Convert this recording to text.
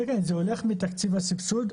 כן, כן, זה הולך מתקציב הסבסוד.